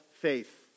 faith